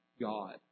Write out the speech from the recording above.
God